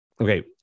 Okay